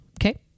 Okay